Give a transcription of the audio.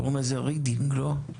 קוראים לזה רידינג, לא?